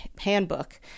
handbook